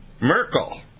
Merkel